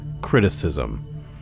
criticism